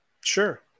Sure